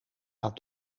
aan